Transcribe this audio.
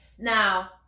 Now